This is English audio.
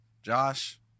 Josh